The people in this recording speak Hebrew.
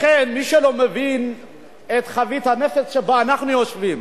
לכן מי שלא מבין את חבית הנפץ שעליה אנחנו יושבים,